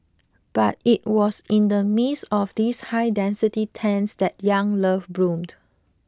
but it was in the midst of these high density tents that young love bloomed